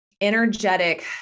energetic